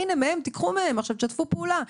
הנה, קחו מהם עכשיו, שתפו פעולה.